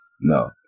No